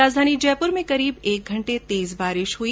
राजधानी जयपुर मे करीब एक घंटे तेज बारिश हई